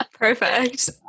Perfect